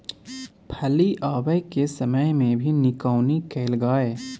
फली आबय के समय मे भी निकौनी कैल गाय?